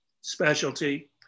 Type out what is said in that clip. specialty